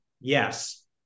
yes